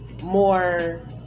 more